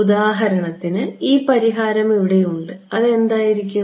ഉദാഹരണത്തിന് ഈ പരിഹാരം ഇവിടെയുണ്ട് അത് എന്തായിരിക്കും